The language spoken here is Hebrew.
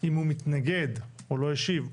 אם הוא מתנגד או לא השיב,